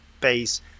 base